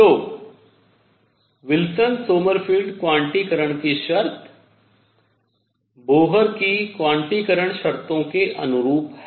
तो Wilson Sommerfeld क्वांटीकरण की शर्त बोहर की क्वांटीकरण शर्तों के अनुरूप है